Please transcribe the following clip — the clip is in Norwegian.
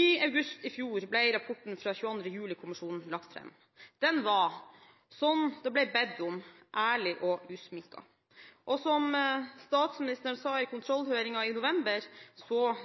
I august i fjor ble rapporten fra 22. juli-kommisjonen lagt fram. Den var, som det ble bedt om, ærlig og usminket. Som statsministeren sa i kontrollhøringen i november,